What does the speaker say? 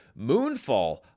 Moonfall